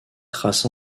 traces